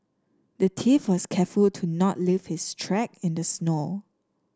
the thief was careful to not leave his track in the snow